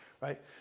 right